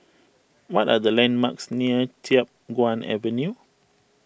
what are the landmarks near Chiap Guan Avenue